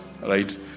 right